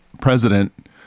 president